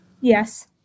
Yes